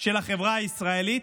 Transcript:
של החברה הישראלית,